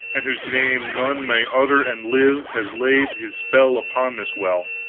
and whose name none may utter and live, has laid his spell upon this well.